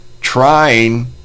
trying